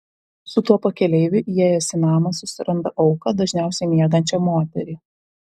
su tuo pakeleiviu įėjęs į namą susiranda auką dažniausiai miegančią moterį